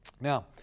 Now